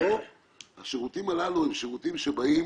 הרי השירותים הללו הם שירותים שבאים